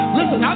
Listen